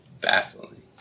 Baffling